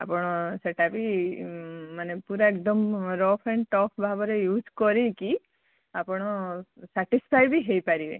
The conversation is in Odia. ଆପଣ ସେଇଟା ବି ମାନେ ପୁରା ଏକଦମ୍ ରଫ୍ ଆଣ୍ଡ ଟଫ୍ ଭାବରେ ୟୁଜ୍ କରିକି ଆପଣ ସାଟିସ୍ଫାଏ ବି ହେଇପାରିବେ